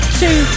two